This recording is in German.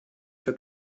für